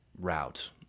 route